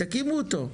תקימו אותו.